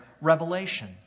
revelation